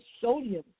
sodium